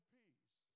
peace